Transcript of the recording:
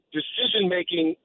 decision-making